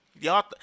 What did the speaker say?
Y'all